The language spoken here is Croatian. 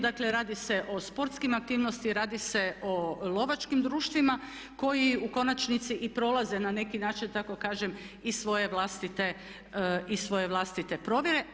Dakle, radi se o sportskim aktivnostima, radi se o lovačkim društvima koji u konačnici i prolaze na neki način da tako kažem i svoje vlastite provjere.